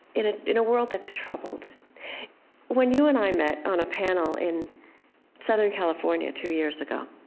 in ah in a world that's troubled when you and i met on a panel in southern california two years ago,